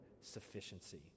sufficiency